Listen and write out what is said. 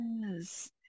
yes